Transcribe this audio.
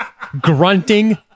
Grunting